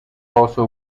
also